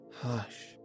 Hush